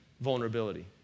vulnerability